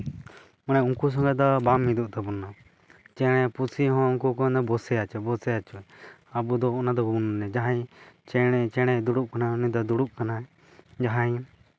ᱢᱟᱱᱮ ᱩᱱᱠᱩ ᱥᱚᱸᱜᱮᱫ ᱫᱚ ᱵᱟᱝ ᱢᱤᱫᱚᱜ ᱛᱟᱵᱚᱱᱟ ᱪᱮᱬᱮ ᱯᱩᱥᱤ ᱦᱚᱸ ᱩᱱᱠᱩ ᱠᱚᱫᱚ ᱵᱚᱥᱮ ᱟᱪᱷᱮ ᱵᱚᱥᱮ ᱟᱪᱷᱮ ᱟᱵᱚ ᱫᱚᱵᱚᱱ ᱚᱱᱟ ᱫᱚᱵᱚᱱ ᱡᱟᱦᱟᱸᱭ ᱪᱮᱬᱮ ᱪᱮᱬᱮ ᱫᱩᱲᱩᱵ ᱠᱟᱱᱟᱭ ᱩᱱᱤ ᱫᱚ ᱫᱩᱲᱩᱵ ᱠᱟᱱᱟᱭ ᱡᱟᱦᱟᱸᱭ